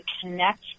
connect